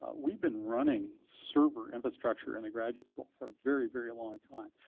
ah we've been running server infrastructure in a graduate school for a very, very long time.